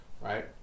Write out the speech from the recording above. right